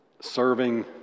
serving